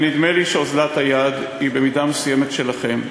ונדמה לי שאוזלת היד היא במידה מסוימת שלכם,